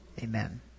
Amen